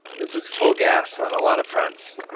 this is full gas on a lot of fronts.